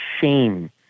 shame